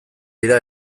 dira